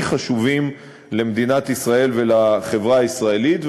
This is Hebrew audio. חשובים למדינת ישראל ולחברה הישראלית.